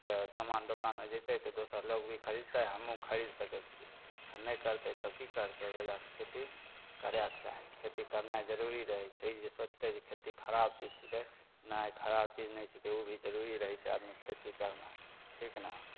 तऽ सामान दोकानमे जे तऽ दोसर लोग खरीदतै हमहूँ खरीद सकय छियै आओर नहि करतइ तब की करतइ ओइ वजहसँ खेती करयके चाही खेती करनाइ जरुरी रहय छै ई जे सोचतइ जे खेती खराब चीज छै नहि खराब चीज नहि छै उ भी जरुरी रहय छै आदमीके खेती करनाइ ठीक ने